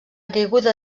caiguda